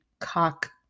cock